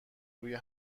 روی